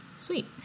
sweet